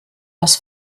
das